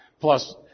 Plus